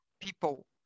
people